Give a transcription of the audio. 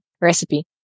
recipe